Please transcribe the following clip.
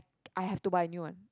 I have to buy a new one